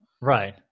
right